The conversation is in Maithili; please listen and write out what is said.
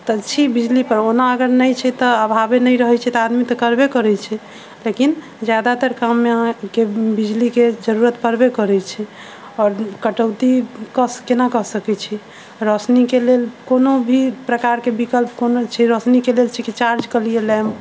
तऽ छी बिजली पर ओना अगर नहि छै तऽ अभावे नहि रहै छै तऽ आदमी तऽ करबे करै छै लेकिन जादातर काम मे अहाँके बिजली के जरूरत परबे करै छै आओर कटौती कऽ सकै केना कऽ सकै छी रौशनी के लेल कोनो भी प्रकार के विकल्प कोनो छै रौशनी के लेल छै की चार्ज कऽ लीअ लैम्प